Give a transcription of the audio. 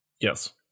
Yes